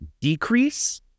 decrease